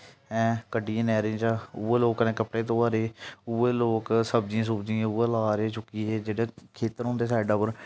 ऐं कड्ढियै नैह्रें चा उ'ऐ लोक कन्नै कपडे़ धोआ दे उ'ऐ लोक सब्जियां सूब्जियां उ'ऐ ला रदे जेह्ड़े खेत्तर होंदे साइडा उप्पर